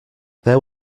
there